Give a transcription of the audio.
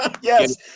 Yes